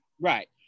Right